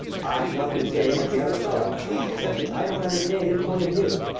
i've nothing to say against the other fellow, except that i don't understand his point of view.